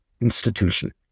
institution